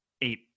eight